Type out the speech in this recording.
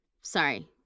Sorry